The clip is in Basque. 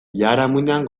biharamunean